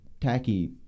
tacky